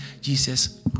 Jesus